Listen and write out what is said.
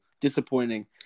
Disappointing